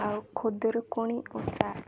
ଆଉ ଖୁଦୁରୁକୁଣୀ ଓଷା